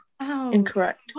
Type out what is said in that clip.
Incorrect